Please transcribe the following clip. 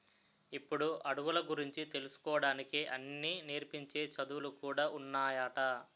ఇప్పుడు అడవుల గురించి తెలుసుకోడానికి అన్నీ నేర్పించే చదువులు కూడా ఉన్నాయట